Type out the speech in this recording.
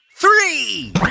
three